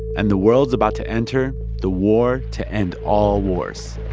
and the world's about to enter the war to end all wars.